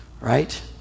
right